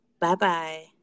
Bye-bye